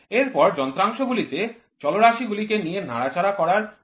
এরপর যন্ত্রাংশ গুলিতে চলরাশি গুলিকে নিয়ে নাড়াচাড়া করার জন্য একটি ব্যবস্থা থাকবে